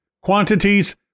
Quantities